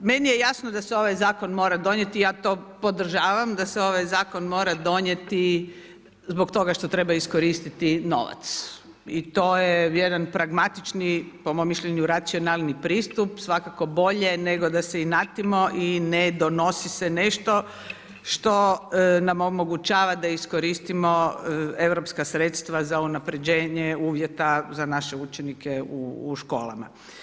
Meni je jasno da se ovaj zakon mora donijeti, ja to podržavam da se ovaj zakon mora donijeti zbog toga što treba iskoristiti novac i to je vjerujem, pragmatični po mom mišljenju, racionalniji pristup, svakako bolje nego da se inatimo i ne donosi se nešto što nam omogućava da iskoristimo europska sredstva za unapređenje uvjeta za naše učenike u školama.